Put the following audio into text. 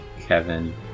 Kevin